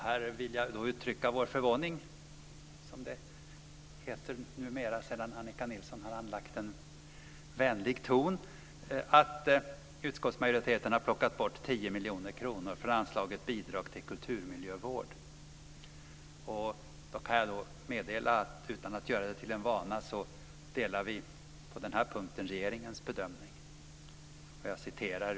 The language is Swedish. Här vill jag uttrycka vår förvåning - som det heter numera, sedan Annika Nilsson har anlagt en vänlig ton - över att utskottsmajoriteten har plockat bort 10 miljoner kronor från anslaget Bidrag till kulturmiljövård. Utan att göra det till en vana kan jag meddela att vi på denna punkt delar regeringens bedömning.